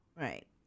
Right